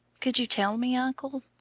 could you tell me, uncle?